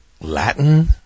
Latin